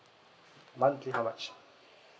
monthly how much